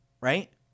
right